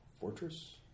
Fortress